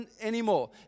anymore